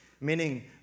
meaning